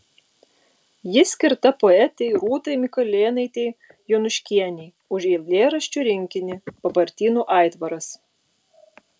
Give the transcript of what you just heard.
ji skirta poetei rūtai mikulėnaitei jonuškienei už eilėraščių rinkinį papartynų aitvaras